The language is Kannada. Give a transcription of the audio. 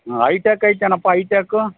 ಹ್ಞೂ ಐಟೆಕ್ ಐತೇನಪ್ಪಾ ಐಟೆಕ